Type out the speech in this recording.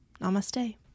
Namaste